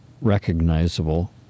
recognizable